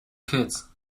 kids